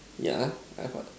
yeah have what